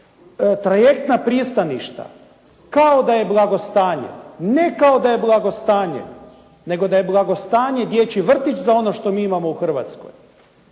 trajektna pristaništa kao da je blagostanje, ne kao da je blagostanje nego da je blagostanje dječji vrtić za ono što mi imamo u hrvatskoj.